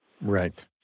Right